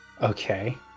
Okay